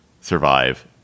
survive